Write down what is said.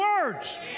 words